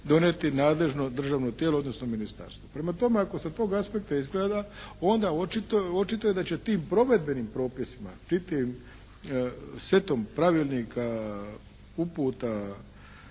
donijeti nadležno državno tijelo odnosno ministarstvo. Prema tome, ako sa tog aspekta izgleda onda očito je da će tim provedbenim propisima tim setom pravilnika, uputa,